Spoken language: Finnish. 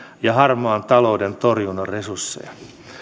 ja harmaan talouden torjunnan resursseja